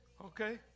Okay